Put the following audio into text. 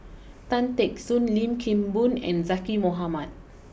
Tan Teck Soon Lim Kim Boon and Zaqy Mohamad